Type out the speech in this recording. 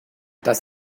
das